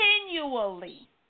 Continually